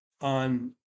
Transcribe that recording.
on